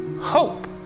hope